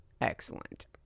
Excellent